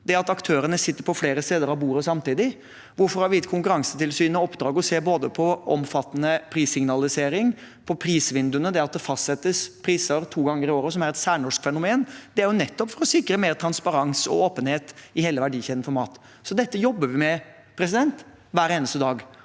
det at aktørene sitter på flere sider av bordet samtidig? Hvorfor har vi gitt Konkurransetilsynet i oppdrag å se både på omfattende prissignalisering og på prisvinduene – det at det fastsettes priser to ganger i året, som er et særnorsk fenomen? Det er nettopp for å sikre mer transparens og åpenhet i hele verdikjeden for mat. Dette jobber vi med hver eneste dag.